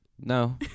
No